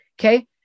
Okay